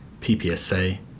PPSA